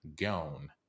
gone